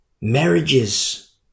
Marriages